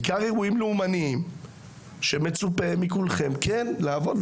בעיקר אירועים לאומניים שמצופה מכולכם כן לעבוד.